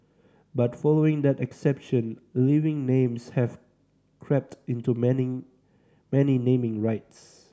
but following that exception living names have crept into many many naming rights